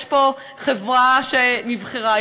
יש פה חברה שנבחרה,